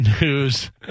news